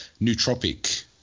nootropic